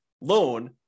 loan